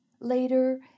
Later